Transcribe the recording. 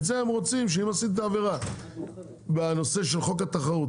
את זה הם רוצים שאם עשית עבירה בנושא של חוק התחרות,